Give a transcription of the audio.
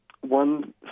One